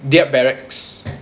their berets